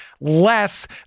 less